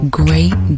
great